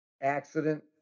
accident